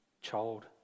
child